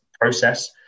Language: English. process